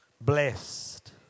blessed